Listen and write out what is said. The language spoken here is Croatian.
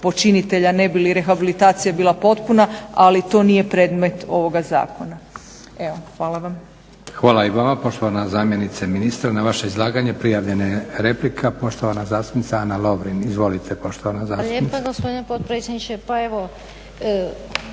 počinitelja ne bi li rehabilitacija bila potpuna ali to nije predmet ovoga zakona. Hvala vam.